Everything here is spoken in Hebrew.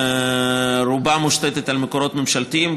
שרובה מושתתת על מקורות ממשלתיים,